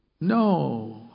No